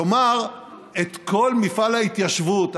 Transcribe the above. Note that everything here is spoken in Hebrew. כלומר כל מפעל ההתיישבות,